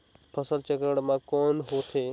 फसल चक्रण मा कौन होथे?